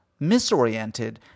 Misoriented